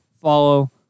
follow